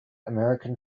american